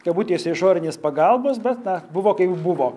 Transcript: kabutėse išorinės pagalbos bet na buvo kaip buvo